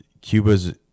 Cuba's